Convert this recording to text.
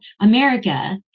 America